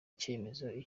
icyemezo